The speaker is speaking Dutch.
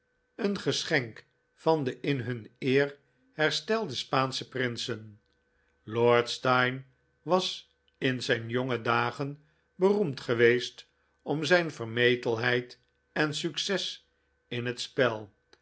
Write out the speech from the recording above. een geschenk van de in hun eer herstelde spaansche prinsen lord steyne was in zijn jonge dagen beroemd geweest om zijn vermetelheid en succes in het spel